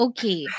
Okay